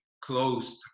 closed